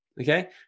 okay